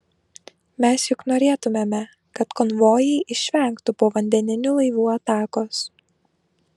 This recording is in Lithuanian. mes juk norėtumėme kad konvojai išvengtų povandeninių laivų atakos